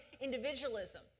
individualism